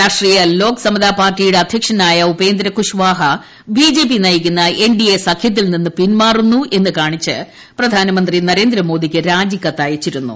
രാഷ്ട്രീയ ലോക് സമത പാർട്ടിയുടെ അധൃക്ഷനായ Upendra Kushwaha B J P നയിക്കുന്ന എൻ ഡി എ സഖ്യത്തിൽ നിന്ന് പിൻമാറുന്നു എന്ന് കാണിച്ച് പ്രധാനമന്ത്രി നരേന്ദ്രമോദിക്ക് രാജിക്കത്ത് അയച്ചിരുന്നു